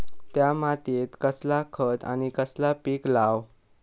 त्या मात्येत कसला खत आणि कसला पीक लाव?